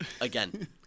Again